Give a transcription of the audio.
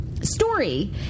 story